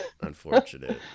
unfortunate